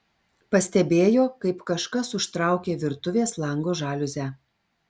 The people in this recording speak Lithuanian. pastebėjo kaip kažkas užtraukė virtuvės lango žaliuzę